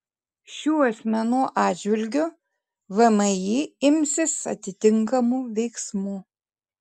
šių asmenų atžvilgiu vmi imsis atitinkamų veiksmų